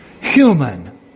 human